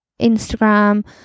instagram